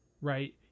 right